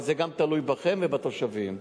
אבל זה גם תלוי בכם ובתושבים.